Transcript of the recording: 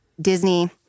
Disney